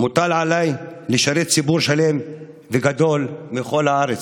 מוטל עליי לשרת ציבור שלם וגדול מכל הארץ.